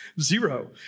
zero